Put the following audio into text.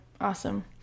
Awesome